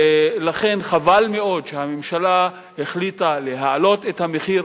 ולכן, חבל מאוד שהממשלה החליטה להעלות את המחיר.